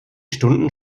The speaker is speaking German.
stunden